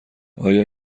آیا